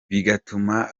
bigatuma